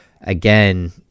again